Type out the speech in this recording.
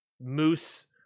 Moose